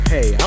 Hey